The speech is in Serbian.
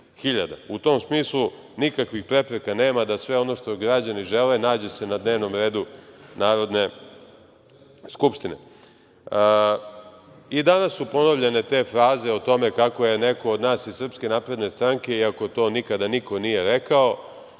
U tom smislu nikakvih prepreka nema da se sve ono što građani žele nađe na dnevnom redu Narodne skupštine. Danas su ponovljene te fraze o tome kako je neko od nas iz SNS, iako to nikada niko nije rekao,